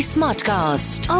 Smartcast